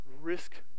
Risk